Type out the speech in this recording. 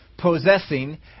Possessing